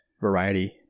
variety